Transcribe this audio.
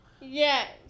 Yes